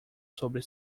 sobre